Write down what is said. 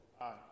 Aye